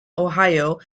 ohio